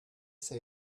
say